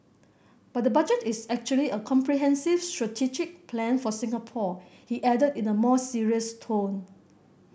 but the Budget is actually a comprehensive strategic plan for Singapore he added in a more serious tone